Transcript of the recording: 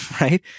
right